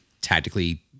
tactically